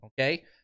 okay